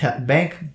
bank